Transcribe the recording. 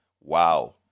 Wow